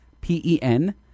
P-E-N